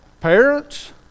Parents